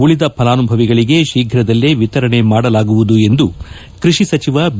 ಉಳಿದ ಫಲಾನುಭವಿಗಳಿಗೆ ಶೀಘ್ರದಲ್ಲೇ ವಿತರಣೆ ಮಾಡಲಾಗುವುದು ಎಂದು ಕೃಷಿ ಸಚಿವ ಬಿ